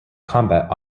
combat